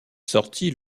sortie